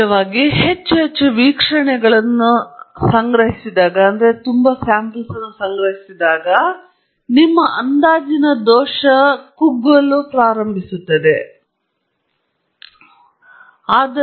ಹೆಚ್ಚು ಮುಖ್ಯವಾಗಿ ನೀವು ಹೆಚ್ಚು ಹೆಚ್ಚು ವೀಕ್ಷಣೆಗಳನ್ನು ಸಂಗ್ರಹಿಸಿದಾಗ ನಿಮ್ಮ ಅಂದಾಜಿನ ದೋಷವು ಕುಗ್ಗುವಿಕೆಯನ್ನು ಪ್ರಾರಂಭಿಸುತ್ತದೆ ಮತ್ತು ಅನಂತತೆಗೆ ಹೋಗುವಾಗ ಶೂನ್ಯ ಅಸಂಪಾತಕ್ಕೆ ಹೋಗಬೇಕು